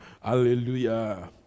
Hallelujah